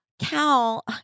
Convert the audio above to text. Cal